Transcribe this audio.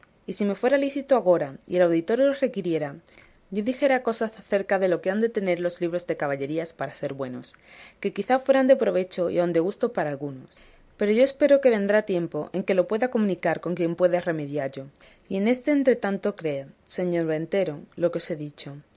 y si me fuera lícito agora y el auditorio lo requiriera yo dijera cosas acerca de lo que han de tener los libros de caballerías para ser buenos que quizá fueran de provecho y aun de gusto para algunos pero yo espero que vendrá tiempo en que lo pueda comunicar con quien pueda remediallo y en este entretanto creed señor ventero lo que os he dicho